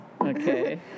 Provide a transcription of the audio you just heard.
Okay